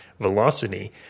velocity